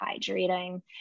hydrating